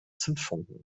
zündfunken